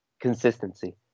consistency